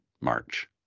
March